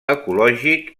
ecològic